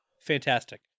Fantastic